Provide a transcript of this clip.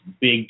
big